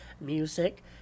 music